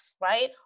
right